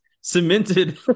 cemented